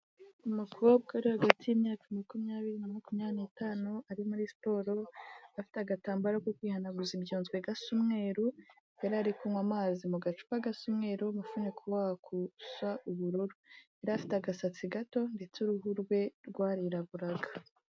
Umukobwa uri hagati y'imyaka makumyabiri na makumyabiri n'itanu, ari muri siporo afite agatambaro ko kwihanaguza ibyunzwe gasa umweru, yari ari kunywa amazi mu gacupa gasa umweru, umufuniko wako usa ubururu, yari afite agasatsi gato ndetse uruhu rwe rwariraburaga.